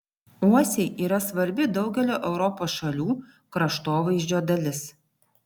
uosiai yra svarbi daugelio europos šalių kraštovaizdžio dalis